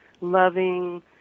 loving